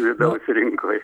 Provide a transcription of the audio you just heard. vidaus rinkoj